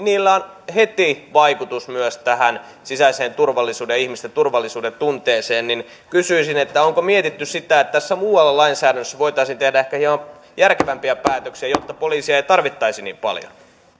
niillä on heti vaikutus myös sisäiseen turvallisuuteen ja ihmisten turvallisuudentunteeseen kysyisin onko mietitty sitä että muualla lainsäädännössä voitaisiin tehdä ehkä hieman järkevämpiä päätöksiä jotta poliiseja ei tarvittaisi niin paljon